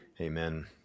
Amen